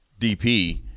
DP